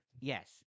Yes